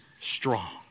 strong